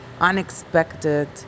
unexpected